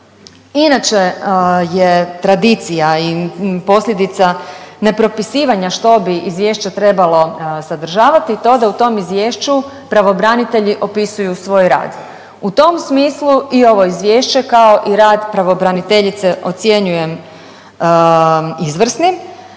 inače je tradicija i posljedica nepropisivanja što bi izvješće trebalo sadržavati je to da u tom izvješću pravobranitelji opisuju svoj rad. U tom smislu i ovo izvješće kao i rad pravobraniteljice ocjenjuje izvrsnim